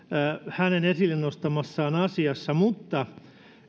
hänen esille nostamassaan asiassa mutta